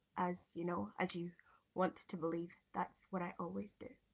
as you know, as you want to believe that's what i always do.